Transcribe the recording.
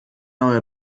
neue